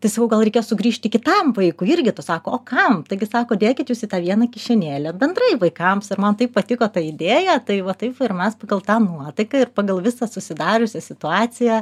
tai sakau gal reikės sugrįžti kitam vaikui irgi to sako o kam taigi sako dėkit jūs į tą vieną kišenėlę bendrai vaikams ir man taip patiko ta idėja tai va taip va ir mes pagal tą nuotaiką ir pagal visą susidariusią situaciją